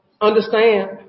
understand